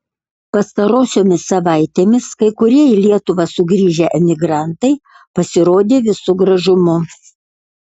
pastarosiomis savaitėmis kai kurie į lietuvą sugrįžę emigrantai pasirodė visu gražumu